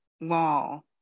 wall